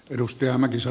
arvoisa puhemies